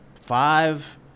five